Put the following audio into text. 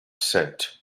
sent